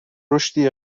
رشدی